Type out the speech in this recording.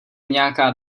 nějaká